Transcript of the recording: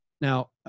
Now